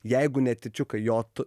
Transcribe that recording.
jeigu netyčiukai jo